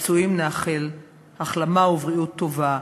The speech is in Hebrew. לפצועים נאחל החלמה ובריאות טובה.